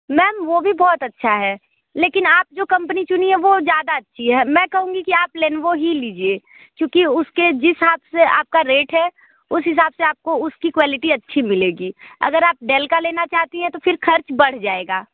ma'am वह भी बहुत अच्छा है लेकिन आप जो कंपनी चुनी है वो ज़्यादा अच्छी है मैं कहूँगी कि आप लेनोवो ही लीजिए क्योंकि उसके जिस हिसाब से आपका रेट है उस हिसाब से आपको उसकी क्वालिटी अच्छी मिलेगी अगर आप डेल का लेना चाहती हैं तो फ़िर खर्च बढ़ जाएगा